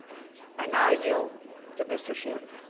i now yield to mr. schiff.